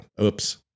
Oops